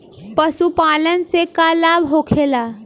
पशुपालन से का लाभ होखेला?